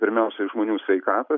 pirmiausiai žmonių sveikatą